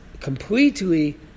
completely